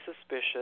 suspicious